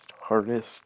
hardest